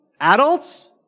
Adults